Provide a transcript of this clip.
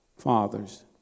Fathers